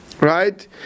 right